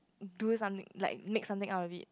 do it something like next something out of it